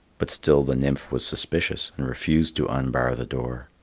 but still the nymph was suspicious and refused to unbar the door.